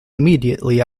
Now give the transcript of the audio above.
immediately